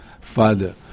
father